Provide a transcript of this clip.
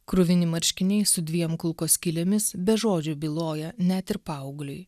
kruvini marškiniai su dviem kulkos skylėmis be žodžių byloja net ir paaugliui